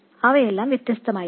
അവയെല്ലാം വ്യത്യസ്തമായിരിക്കും